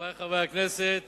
חברי חברי הכנסת,